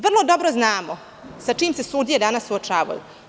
Vrlo dobro znamo sa čime se sudije danas suočavaju.